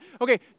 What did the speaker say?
okay